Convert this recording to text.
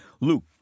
luke